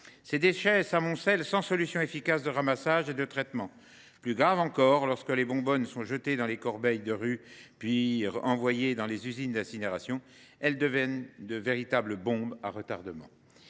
Ces déchets s’amoncellent sans solution efficace de ramassage et de traitement. Plus grave encore, lorsque les bonbonnes jetées dans les corbeilles de rue sont envoyées dans les usines d’incinération, elles deviennent de véritables bombes à retardement.